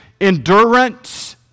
endurance